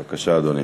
בבקשה, אדוני.